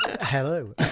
Hello